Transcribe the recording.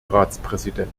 ratspräsident